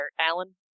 Alan